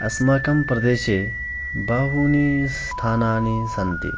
अस्माकं प्रदेशे बहूनि स्थानानि सन्ति